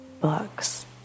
books